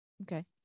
Okay